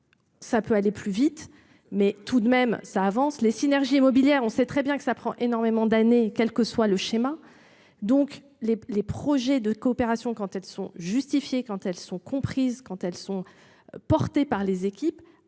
Ça peut aller plus vite mais tout de même ça avance les synergies mobilières, on sait très bien que ça prend énormément d'années quel que soit le schéma. Donc les les projets de coopération quand elles sont justifiées, quand elles sont comprises, quand elles sont. Portées par les équipes